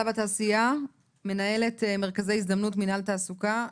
והתעשייה, מנהלת מרכזי ההזדמנות מנהל ותעסוקה,